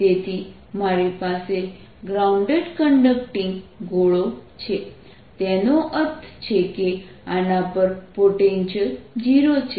તેથી મારી પાસે ગ્રાઉન્ડેડ કંડક્ટિંગ ગોળો છે તેનો અર્થ છે કે આના પર પોટેન્શિયલ 0 છે